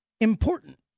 important